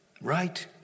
Right